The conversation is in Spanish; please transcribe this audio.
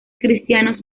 cristianos